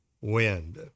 wind